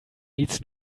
needs